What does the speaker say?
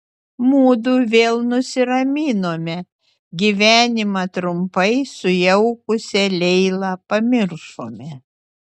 mudu vėl nusiraminome gyvenimą trumpai sujaukusią leilą pamiršome